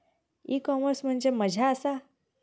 E commerce म्हणजे मझ्या आसा?